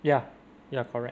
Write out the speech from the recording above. ya ya correct